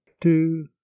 two